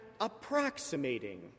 approximating